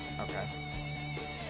Okay